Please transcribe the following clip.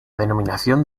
denominación